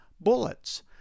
bullets